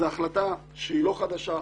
ההחלטה היא לא חדשה,